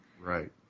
Right